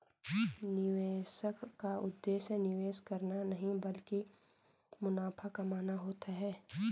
निवेशक का उद्देश्य निवेश करना नहीं ब्लकि मुनाफा कमाना होता है